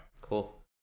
cool